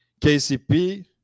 KCP